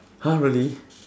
!huh! really